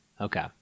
Okay